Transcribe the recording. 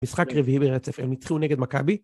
משחק רביעי ברצף, הם יתחילו נגד מקאבי.